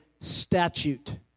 Statute